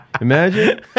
Imagine